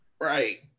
right